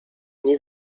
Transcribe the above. nie